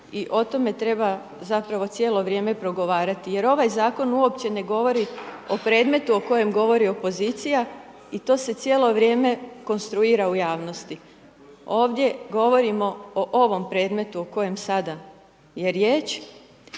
i o tome treba zapravo cijelo vrijeme progovarati jer ovaj Zakon uopće ne govori o predmetu o kojem govori opozicija i to se cijelo vrijeme konstruira u javnosti. Ovdje govorimo o ovom predmetu o kojem sada je riječ